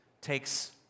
takes